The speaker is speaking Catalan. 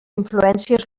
influències